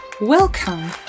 Welcome